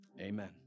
amen